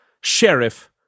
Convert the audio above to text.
Sheriff